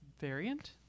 variant